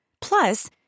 Plus